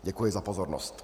Děkuji za pozornost.